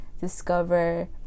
discover